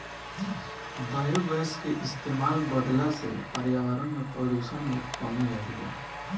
biogas के इस्तमाल बढ़ला से पर्यावरण में प्रदुषण में कमी आइल बा